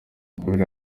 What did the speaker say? ingabire